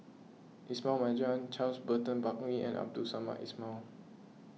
Ismail Marjan Charles Burton Buckley and Abdul Samad Ismail